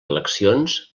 eleccions